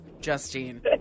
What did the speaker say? Justine